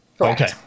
Okay